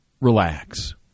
relax